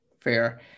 Fair